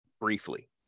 briefly